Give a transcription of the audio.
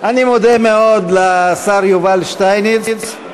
אני מודה מאוד לשר יובל שטייניץ.